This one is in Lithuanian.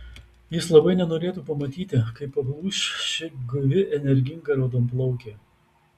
jis labai nenorėtų pamatyti kaip palūš ši guvi energinga raudonplaukė